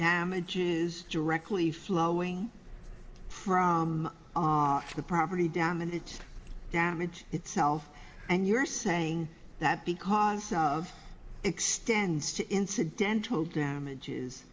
damages directly flowing from the property damage damage itself and you're saying that because of extends to incidental damages